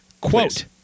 Quote